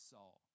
Saul